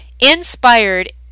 Inspired